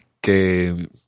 que